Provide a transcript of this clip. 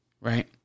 Right